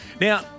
Now